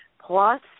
Plus